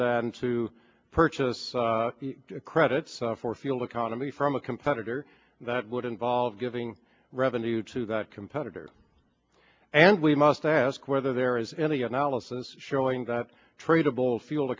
that and to purchase credits for fuel economy from a competitor that would involve giving revenue to the competitor and we must ask whether there is any analysis showing that tradable fuel